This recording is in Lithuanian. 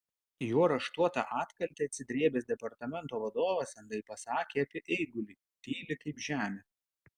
į jo raštuotą atkaltę atsidrėbęs departamento vadovas andai pasakė apie eigulį tyli kaip žemė